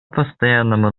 постоянному